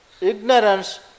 ignorance